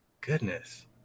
goodness